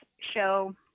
show